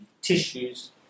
tissues